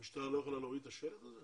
המשטרה לא יכולה להוריד את השלט הזה?